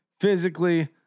physically